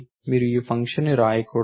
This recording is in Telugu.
మీరు ఈ ఫంక్షన్ను వ్రాయకూడదు